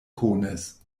konis